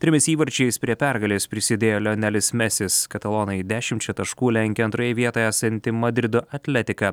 trimis įvarčiais prie pergalės prisidėjo lionelis mesis katalonai dešimčia taškų lenkia antroje vietoje esantį madrido atletiką